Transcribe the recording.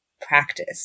practice